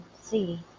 See